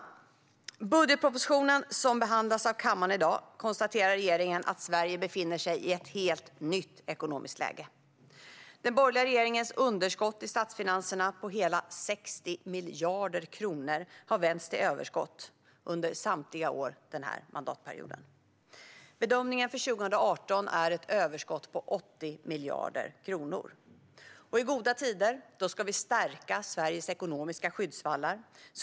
I budgetpropositionen som behandlas av kammaren i dag konstaterar regeringen att Sverige befinner sig i ett helt nytt ekonomiskt läge. Den borgerliga regeringens underskott i statsfinanserna på hela 60 miljarder kronor har vänts till överskott under samtliga år denna mandatperiod. Bedömningen för 2018 är ett överskott på 80 miljarder kronor. I goda tider ska vi stärka Sveriges ekonomiska skyddsvallar.